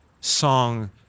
song